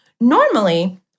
Normally